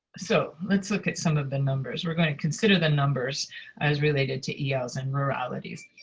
so let's look at some of the numbers. we're going to consider the numbers as related to yeah els and ruralities.